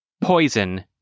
poison